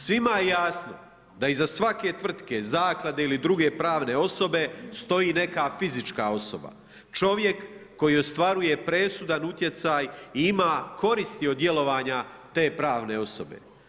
Svima je jasno da iza svake tvrtke, zaklade ili druge pravne osobe stoji neka fizička osoba, čovjek koji ostvaruje presudan utjecaj i ima koristi od djelovanja te pravne osobe.